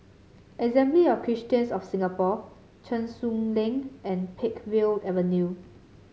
Assembly of Christians of Singapore Cheng Soon Lane and Peakville Avenue